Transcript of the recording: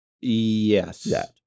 Yes